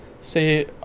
say